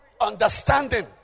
Understanding